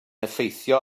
effeithio